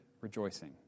rejoicing